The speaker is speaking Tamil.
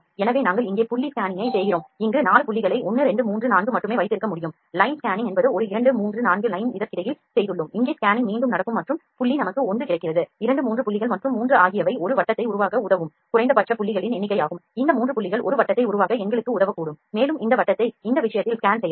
எனவே நாங்கள் இங்கே புள்ளி ஸ்கேனிங்கைச் செய்கிறோம் இங்கு 4 புள்ளிகளை 1 2 3 4 மட்டுமே வைத்திருக்க முடியும் லைன் ஸ்கேனிங் என்பது ஒரு 2 3 4 லைன் இதற்கிடையில் செய்துள்ளோம் இங்கே ஸ்கேனிங் மீண்டும் நடக்கும் மற்றும் புள்ளி நமக்கு 1 கிடைக்கிறது 2 3 புள்ளிகள் மற்றும் 3 ஆகியவை ஒரு வட்டத்தை உருவாக்க உதவும் குறைந்தபட்ச புள்ளிகளின் எண்ணிக்கையாகும் இந்த 3 புள்ளிகள் ஒரு வட்டத்தை உருவாக்க எங்களுக்கு உதவக்கூடும் மேலும் இந்த வட்டத்தை இந்த விஷயத்தில் ஸ்கேன் செய்யலாம்